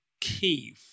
key